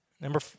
Number